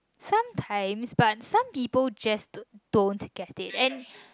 sometimes but some people just don't get it and